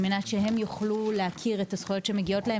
על מנת שהם יוכלו להכיר את הזכויות שמגיעות להם